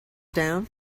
down